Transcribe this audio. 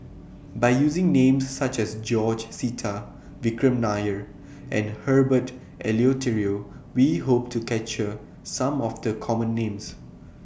By using Names such as George Sita Vikram Nair and Herbert Eleuterio We Hope to capture Some of The Common Names